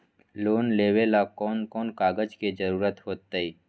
Loan लेवेला कौन कौन कागज के जरूरत होतई?